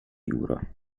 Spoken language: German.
jura